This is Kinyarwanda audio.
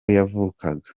yavukaga